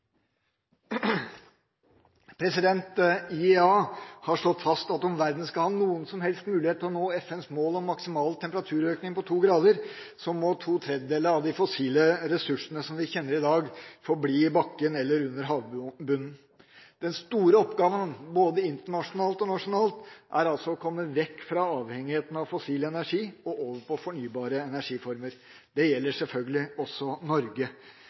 IEA har slått fast at om verden skal ha noen som helst mulighet til å nå FNs mål om maksimal temperaturøkning på to grader, må to tredjedeler av de fossile ressursene som vi kjenner til i dag, forbli i bakken eller under havbunnen. Den store oppgaven både internasjonalt og nasjonalt er altså å komme vekk fra avhengigheten av fossil energi og over på fornybare energiformer. Det gjelder selvfølgelig også Norge.